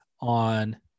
on